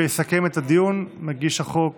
יסכם את הדיון מגיש החוק